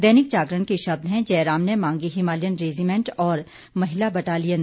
दैनिक जागरण के शब्द हैं जयराम ने मांगी हिमालयन रैजीमैंट और महिला बटालियन